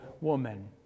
woman